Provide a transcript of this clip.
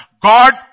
God